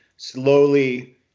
slowly